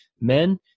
men